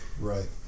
right